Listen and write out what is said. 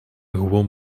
gewoon